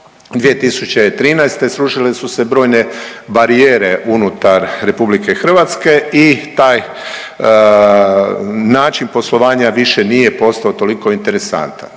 2013. srušile su se brojne barijere unutar RH i taj način poslovanja više nije postao toliko interesantan.